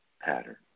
pattern